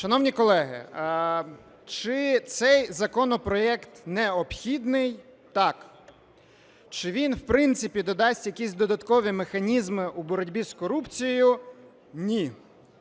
Шановні колеги, чи цей законопроект необхідний? Так. Чи він, в принципі, додасть якісь додаткові механізми у боротьбі з корупцією? Ні.